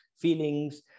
feelings